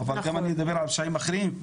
אבל גם לדבר על פשעים אחרים.